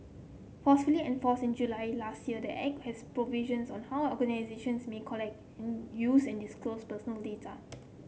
forcefully and force in July last year the Act has provisions on how organisations may collect in use and disclose personal data